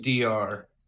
DR